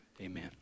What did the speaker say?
Amen